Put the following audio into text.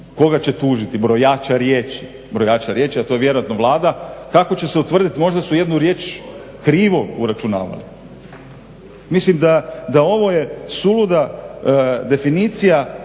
koga će tužiti? Brojača riječi, a to je vjerojatno Vlada. Kako će se utvrditi? Možda su jednu riječ krivo uračunavali. Mislim da je ovo suluda definicija